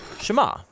Shema